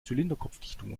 zylinderkopfdichtung